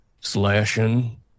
slashing